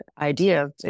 idea